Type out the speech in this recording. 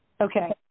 Okay